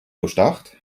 durchdacht